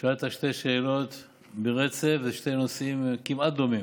שאלת שתי שאלות ברצף בשני נושאים כמעט דומים.